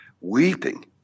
weeping